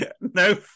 no